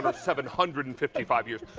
but seven hundred and fifty five years.